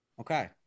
Okay